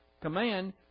command